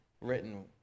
written